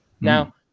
Now